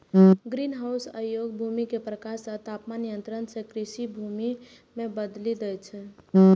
greenhouse अयोग्य भूमि कें प्रकाश आ तापमान नियंत्रण सं कृषि भूमि मे बदलि दै छै